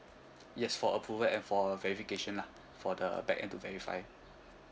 yes for approval and for verification lah for the backend to verify